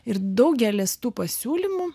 ir daugelis tų pasiūlymų